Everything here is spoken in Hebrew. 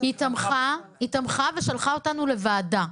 היא תמכה ושלחה אותנו לוועדה.